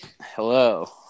Hello